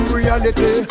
reality